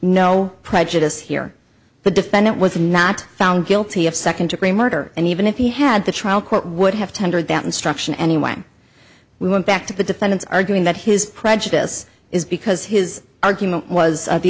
no prejudice here the defendant was not found guilty of second degree murder and even if he had the trial court would have tendered that instruction anyway we went back to the defense arguing that his prejudice is because his argument was